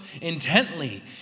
intently